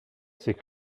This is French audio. c’est